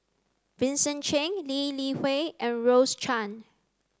Vincent Cheng Lee Li Hui and Rose Chan